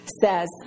says